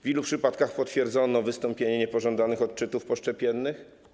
W ilu przypadkach potwierdzono wystąpienie niepożądanych odczytów poszczepiennych?